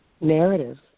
narratives